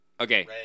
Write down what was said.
Okay